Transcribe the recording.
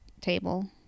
table